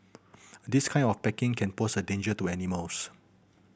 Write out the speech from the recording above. this kind of packaging can pose a danger to animals